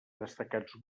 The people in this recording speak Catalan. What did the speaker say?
destacats